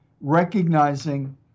recognizing